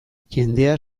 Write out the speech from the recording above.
jendea